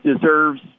deserves